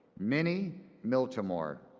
minnie miltimor,